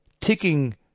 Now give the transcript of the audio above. ticking